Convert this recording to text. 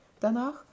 danach